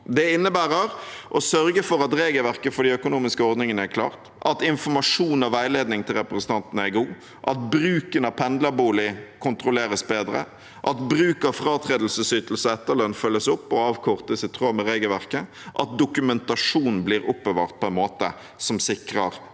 Det innebærer å sørge for at regelverket for de økonomiske ordningene er klart, at informasjonen og veiledningen til representantene er god, at bruken av pendlerbolig kontrolleres bedre, at bruk av fratredelsesytelse og etterlønn følges opp og avkortes i tråd med regelverket, og at dokumentasjon blir oppbevart på en måte som sikrer